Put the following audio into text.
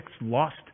lost